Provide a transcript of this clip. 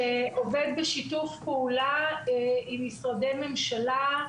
שעובד בשיתוף פעולה עם משרדי ממשלה,